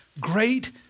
great